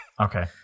Okay